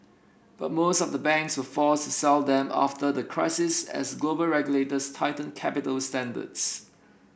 but most of the banks were forced to sell them after the crisis as global regulators tightened capital standards